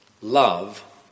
Love